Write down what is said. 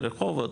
ברחובות,